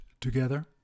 together